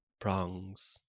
Prongs